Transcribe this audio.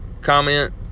comment